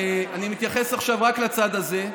אני מתייחס עכשיו רק לצד הזה.